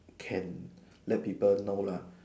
can let people know lah